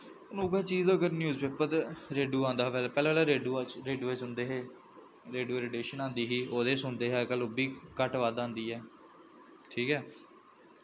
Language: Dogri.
हून उ'ऐ चीज़ अगर न्यूज़ पेपर ते रेडूआ आंदा हा पैह्ले पैह्लें पैह्लें रेडूआ सुनदे हे रेडूए च रडियेशन आंदी ही ओह्दे सुनदे हे अज्जकल ओह् बी घट्ट बद्ध आंदी ऐ ठीक ऐ